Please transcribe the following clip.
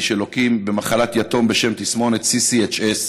שלוקים במחלת יתום בשם תסמונת CCHS,